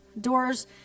doors